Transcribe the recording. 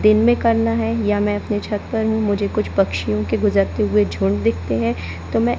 दिन में करना है या मैं अपने छत पर हूँ मुझे कुछ पक्षियों के गुज़रते हुए झुंड दिखते हैं तो मैं